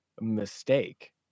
mistake